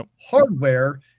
hardware